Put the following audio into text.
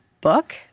book